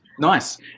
nice